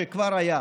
שכבר היה,